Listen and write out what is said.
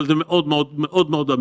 אבל זה מאוד מאוד אמין.